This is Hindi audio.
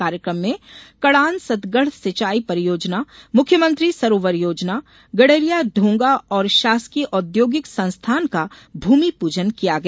कार्यकम में कड़ान सतगढ़ सिचाई परियोजना मुख्यमंत्री सरोवर योजना गड़रिया ढोंगा और शासकीय औद्योगिक संस्थान का भूमि पूजन किया गया